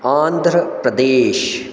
Andhra Pradesh